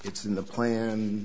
it's in the plan